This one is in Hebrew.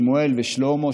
שמואל ושלמה,